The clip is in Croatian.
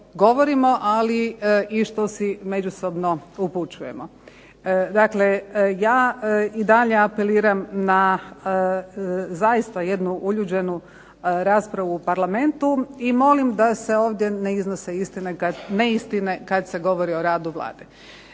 ali i što si međusobno upućujemo. Dakle, ja i dalje apeliram na jednu uljuđenu raspravu u Parlamentu i molim da se ovdje ne iznose neistine kada se govori o radu Vlade.